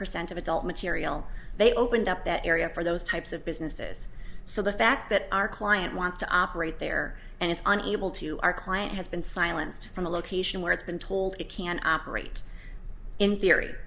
percent of adult material they opened up that area for those types of businesses so the fact that our client wants to operate there and is unable to our client has been silenced from the location where it's been told it can operate in theory